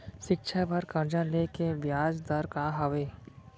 शिक्षा बर कर्जा ले के बियाज दर का हवे?